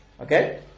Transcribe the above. Okay